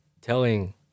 telling